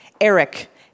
Eric